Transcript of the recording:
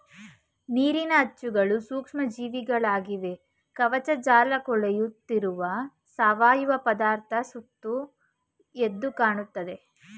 ನೀರಿನ ಅಚ್ಚುಗಳು ಸೂಕ್ಷ್ಮ ಜೀವಿಗಳಾಗಿವೆ ಕವಕಜಾಲಕೊಳೆಯುತ್ತಿರುವ ಸಾವಯವ ಪದಾರ್ಥ ಸುತ್ತ ಎದ್ದುಕಾಣ್ತದೆ